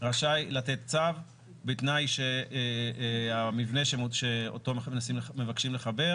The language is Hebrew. רשאי לתת צו בתנאי שהמבנה שאותו מבקשים לחבר